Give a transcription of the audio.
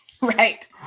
Right